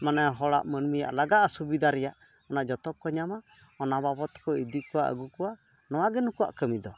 ᱢᱟᱱᱮ ᱦᱚᱲᱟᱜ ᱢᱟᱹᱱᱢᱤᱭᱟᱜ ᱞᱟᱜᱟᱜᱼᱟ ᱥᱩᱵᱤᱫᱷᱟ ᱨᱮᱭᱟᱜ ᱚᱱᱟ ᱡᱚᱛᱚᱠᱚ ᱧᱟᱢᱟ ᱚᱱᱟ ᱵᱟᱵᱚᱫᱠᱚ ᱤᱫᱤ ᱠᱚᱣᱟ ᱟᱹᱜᱩ ᱠᱚᱣᱟ ᱱᱚᱣᱟᱜᱮ ᱱᱩᱠᱩᱼᱟᱜ ᱠᱟᱹᱢᱤᱫᱚ